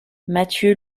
mathieu